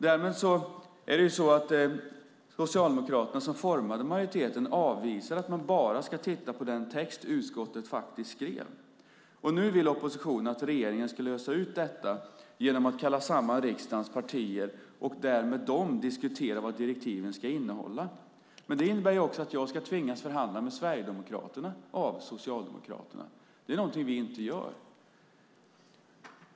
Därmed är det så att Socialdemokraterna, som formade majoriteten, avvisade att man bara ska titta på den text som utskottet faktiskt skrev. Och nu vill oppositionen att regeringen ska lösa ut detta genom att kalla samman riksdagens partier och med dem diskutera vad direktiven ska innehålla. Det innebär ju också att jag av Socialdemokraterna ska tvingas förhandla med Sverigedemokraterna. Det är någonting vi inte gör.